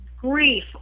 grief